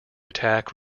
attack